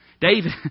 David